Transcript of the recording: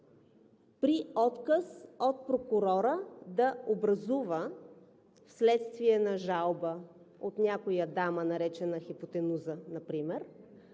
при отказ от прокурора да образува вследствие на жалба от някоя дама, наречена хипотенуза например,